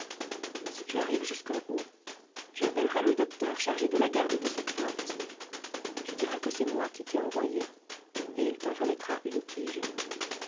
si tu arrives jusqu'en haut tu appelleras le docteur chargé de la garde de cette plante tu diras que c'est moi qui t'ai envoyé et il t'en remettra une tige